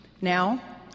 Now